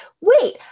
Wait